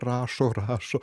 rašo rašo